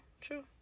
true